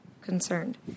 concerned